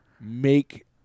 make